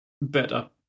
better